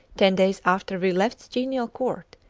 ten days after we left the genial court,